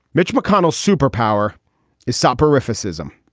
mitch mcconnell superpower is soporific system.